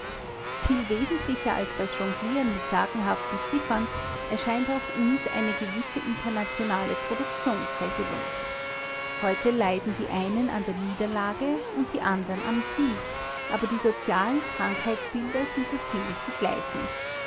viel wesentlicher als das jonglieren mit sagenhaften ziffern erscheint auch uns eine gewisse internationale produktionsregelung heute leiden die einen an der niederlage und die andern am sieg aber die sozialen krankheitsbilder sind so ziemlich die gleichen